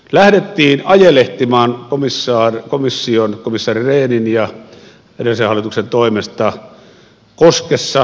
lähdettiin ajelehtimaan komissaari rehnin ja edellisen hallituksen toimesta koskessa